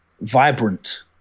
vibrant